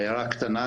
הערה קטנה,